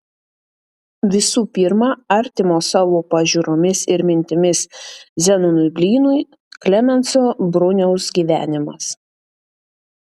visų pirma artimo savo pažiūromis ir mintimis zenonui blynui klemenso bruniaus gyvenimas